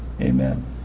Amen